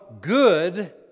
good